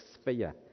sphere